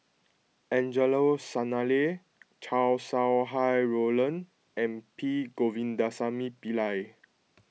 Angelo Sanelli Chow Sau Hai Roland and P Govindasamy Pillai